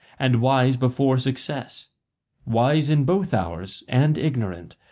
and wise before success wise in both hours and ignorant,